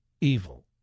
evil